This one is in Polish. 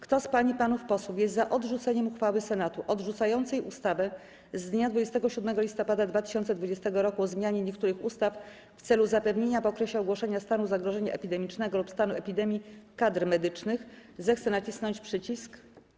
Kto z pań i panów posłów jest za odrzuceniem uchwały Senatu odrzucającej ustawę z dnia 27 listopada 2020 r. o zmianie niektórych ustaw w celu zapewnienia w okresie ogłoszenia stanu zagrożenia epidemicznego lub stanu epidemii kadr medycznych, zechce nacisnąć przycisk.